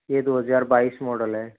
ये दो हज़ार बाईस मॉडल है